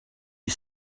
you